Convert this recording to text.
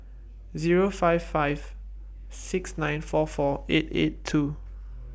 Zero five five six nine four four eight eight two